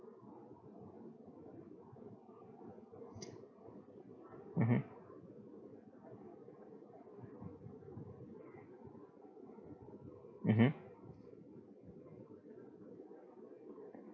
mmhmm mmhmm